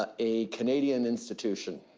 ah a canadian institution.